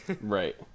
Right